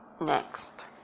next